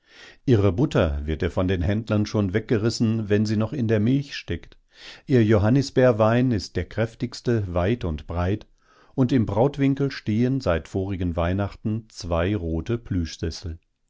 ihre butter wird ihr von den händlern schon weggerissen wenn sie noch in der milch steckt ihr johannisbeerwein ist der kräftigste weit und breit und im brautwinkel stehen seit vorigen weihnachten zwei rote